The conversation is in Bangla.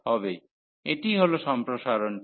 হবে এটিই হল সম্প্রসারণটি